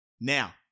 Now